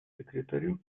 секретарю